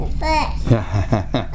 Yes